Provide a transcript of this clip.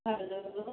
hello